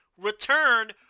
return